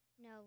No